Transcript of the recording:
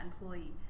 employee